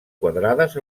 quadrades